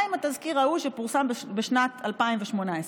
מה עם התזכיר ראו שפורסם בשנת 2018?